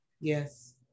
Yes